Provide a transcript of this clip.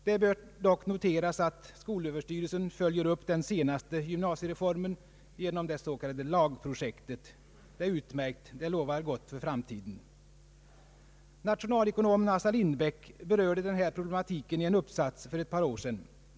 Det bör likväl noteras att skolöverstyrelsen följer upp den senaste gymnasiereformen genom det s.k. lagprojektet. Detta är utmärkt. Det lovar gott för framtiden. Nationalekonomen Assar Lindbäck berörde den här problematiken i en uppsats för ett par år sedan.